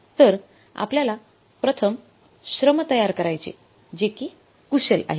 तर आपल्याला प्रथम श्रम तयार करायचे जे कि कुशल आहे